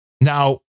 Now